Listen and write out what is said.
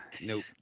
Nope